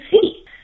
see